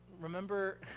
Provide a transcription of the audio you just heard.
remember